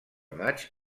maig